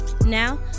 Now